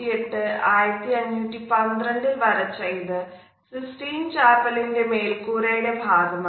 1508 1512 ൽ വരച്ച ഇത് സിസ്റ്റീൻ ചാപ്പലിൻറെ മേൽക്കൂരയുടെ ഭാഗമാണ്